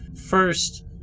First